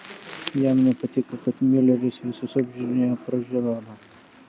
jam nepatiko kad miuleris visus apžiūrinėja pro žiūroną